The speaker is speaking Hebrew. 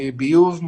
מביוב,